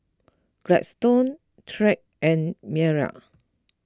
Gladstone Tyrek and Maia